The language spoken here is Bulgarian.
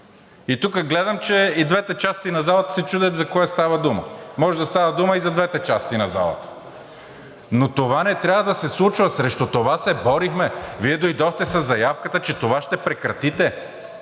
И тука гледам, че и двете части на залата се чудят за кое става дума. Може да става дума и за двете части на залата. Но това не трябва да се случва, срещу това се борихме. Вие дойдохте със заявката, че това ще прекратите.